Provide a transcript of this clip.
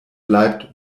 bleibt